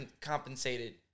compensated